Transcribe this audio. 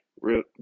Real